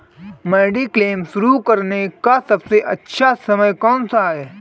Mediclaim शुरू करने का सबसे अच्छा समय कौनसा है?